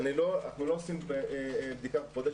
אנחנו לא עושים בדיקה בכל חודש,